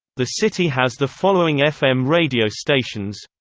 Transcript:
the city has the following fm radio stations